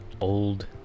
old